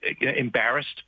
embarrassed